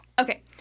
Okay